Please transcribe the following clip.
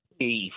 Hey